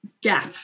gap